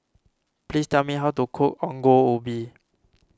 please tell me how to cook Ongol Ubi